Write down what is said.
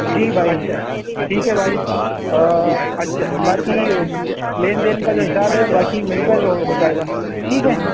جی بھائی ٹھیک ہے بھائی باقی لین دین کا جو حساب ہے باقی مل کر ہو جائے گا ٹھیک ہے